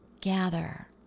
gather